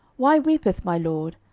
why weepeth my lord?